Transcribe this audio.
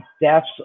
deaths